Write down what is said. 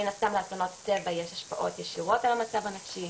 לאסונות טבע יש השפעות ישירות על המצב הנפשי.